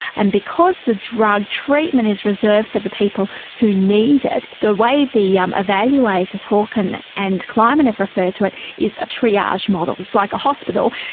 and because the drug treatment is reserved for the people who need it, the way the yeah evaluators hawken and kleiman have referred to it is a triage model. it's like a hospital,